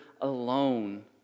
alone